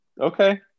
okay